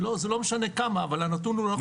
לא זה לא משנה כמה, אבל זה לא נתון נכון.